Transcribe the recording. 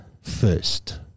first